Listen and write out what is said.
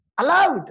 allowed